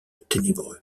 ténébreux